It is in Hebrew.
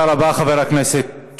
תודה רבה, חבר הכנסת.